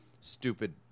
stupid